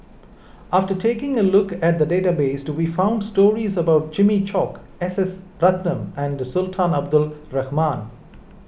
after taking a look at the database we found stories about Jimmy Chok S S Ratnam and Sultan Abdul Rahman